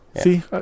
See